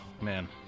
man